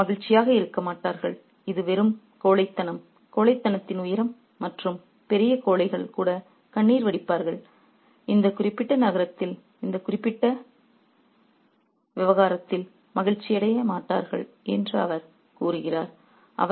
கடவுளர்கள் மகிழ்ச்சியாக இருக்க மாட்டார்கள் இது வெறும் கோழைத்தனம் கோழைத்தனத்தின் உயரம் மற்றும் பெரிய கோழைகள் கூட கண்ணீர் வடிப்பார்கள் இந்த குறிப்பிட்ட நகரத்தில் இந்த குறிப்பிட்ட விவகாரத்தில் மகிழ்ச்சியடைய மாட்டார்கள் என்று அவர் கூறுகிறார்